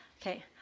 Okay